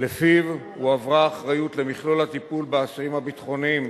ולפיו הועברה האחריות למכלול הטיפול באסירים הביטחוניים